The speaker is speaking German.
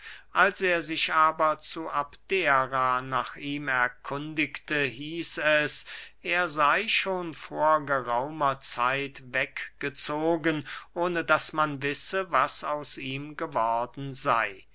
als er sich aber zu abdera nach ihm erkundigte hieß es er sey schon vor geraumer zeit weggezogen ohne daß man wisse was aus ihm geworden sey